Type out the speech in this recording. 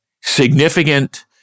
significant